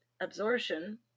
absorption